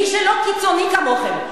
מי שלא קיצוני כמוכם.